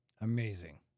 amazing